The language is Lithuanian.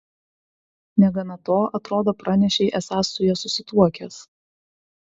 negana to atrodo pranešei esąs su ja susituokęs